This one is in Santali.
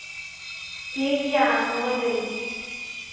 ᱴᱷᱤᱠ ᱜᱮᱭᱟ ᱫᱚᱦᱚᱭ ᱫᱟᱹᱧ